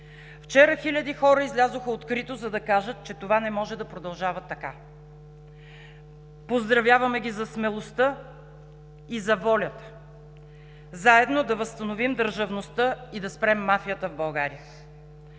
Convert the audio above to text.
Вчера хиляди хора излязоха открито, за да кажат, че това не може да продължава така. Поздравяваме ги за смелостта и за волята заедно да възстановим държавността и да спрем мафията в България.